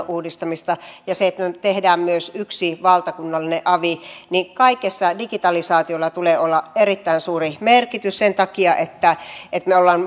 uudistamista ja sitä että me teemme myös yhden valtakunnallisen avin digitalisaatiolla tulee olla erittäin suuri merkitys sen takia että että me olemme jo